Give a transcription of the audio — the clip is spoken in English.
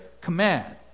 command